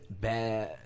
bad